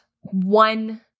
one